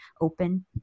open